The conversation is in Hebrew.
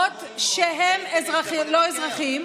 למרות שהם לא אזרחים,